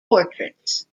portraits